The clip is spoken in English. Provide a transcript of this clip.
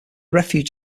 refuge